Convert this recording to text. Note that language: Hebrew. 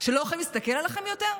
שלא יכולים להסתכל עליכם יותר?